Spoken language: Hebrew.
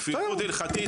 כפיפות הלכתית,